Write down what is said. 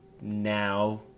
now